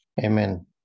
Amen